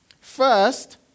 First